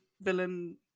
villain